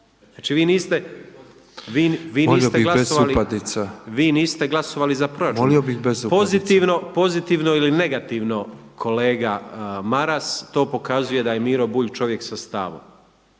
**Grmoja, Nikola (MOST)** Pozitivno ili negativno kolega Maras, to pokazuje da je Miro Bulj čovjek sa stavom.